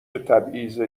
تبعیض